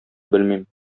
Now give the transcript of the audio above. белмим